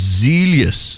zealous